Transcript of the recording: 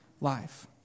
life